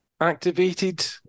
activated